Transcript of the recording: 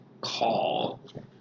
call